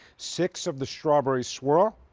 six of the strawberry swirl.